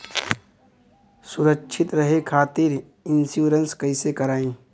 सुरक्षित रहे खातीर इन्शुरन्स कईसे करायी?